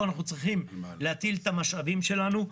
אנחנו צריכים להטיל את המשאבים שלנו.